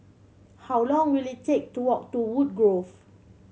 how long will it take to walk to Woodgrove